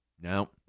No